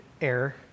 air